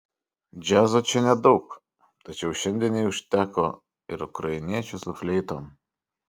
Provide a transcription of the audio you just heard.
džiazo čia nedaug tačiau šiandienai užteko ir ukrainiečių su fleitom